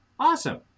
awesome